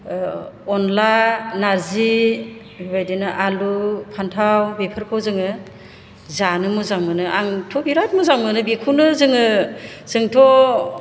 अनला नारजि बेबायदिनो आलु फान्थाव बेफोरखौ जोङो जानो मोजां मोनो आंथ' बिराद मोजां मोनो बेखौनो जोङो जोंथ'